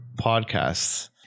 podcasts